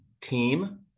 team